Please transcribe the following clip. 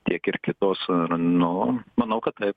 tiek ir kitos nu manau kad taip